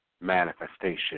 manifestation